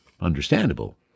understandable